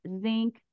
zinc